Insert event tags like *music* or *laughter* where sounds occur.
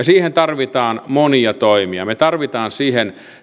*unintelligible* siihen tarvitaan monia toimia me tarvitsemme siihen